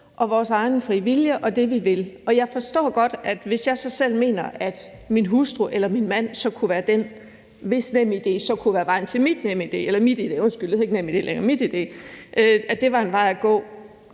og vores egen frie vilje og det, vi vil. Jeg forstår godt, at hvis jeg så selv mener, at min hustru eller min mand kunne være den, hvis NemID kunne være vejen til mit NemID, nej, til mit MitID – undskyld, det hedder ikke NemID længere – så var det en vej at gå.